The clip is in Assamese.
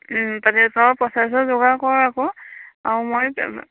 তাতে পইচা চইচা যোগাৰ কৰ আকৌ আৰু মই